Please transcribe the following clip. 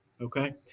okay